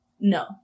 No